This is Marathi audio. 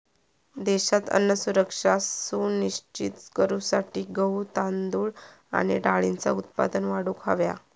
देशात अन्न सुरक्षा सुनिश्चित करूसाठी गहू, तांदूळ आणि डाळींचा उत्पादन वाढवूक हव्या